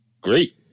great